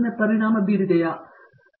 ಪ್ರತಾಪ್ ಹರಿಡೋಸ್ ಸಾಮಾಜಿಕ ಅಗತ್ಯತೆಗಳು